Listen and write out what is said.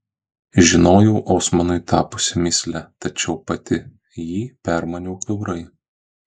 žinojau osmanui tapusi mįsle tačiau pati jį permaniau kiaurai